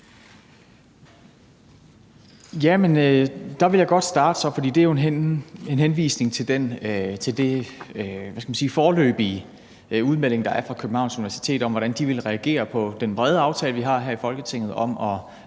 der vil jeg godt starte så, for det er jo en henvisning til den foreløbige udmelding, der er fra Københavns Universitet, om, hvordan de vil reagere på den brede aftale, vi har her i Folketinget, om